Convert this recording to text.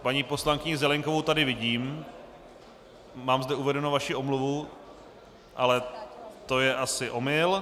Paní poslankyni Zelienkovou tady vidím, mám zde uvedenou vaši omluvu, ale to je asi omyl.